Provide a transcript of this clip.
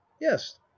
yes